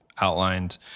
outlined